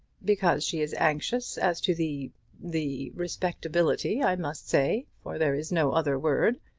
because she is anxious as to the the respectability, i must say, for there is no other word,